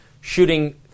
shooting